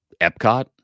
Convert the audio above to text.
Epcot